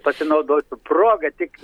pasinaudosiu proga tik